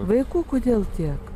vaikų kodėl tiek